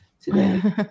today